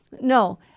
no